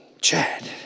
Chad